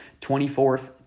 24th